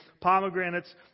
pomegranates